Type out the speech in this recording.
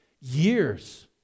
years